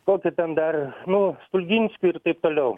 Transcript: kokio ten dar nu stulginskio ir taip toliau